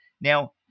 Now